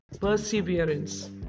Perseverance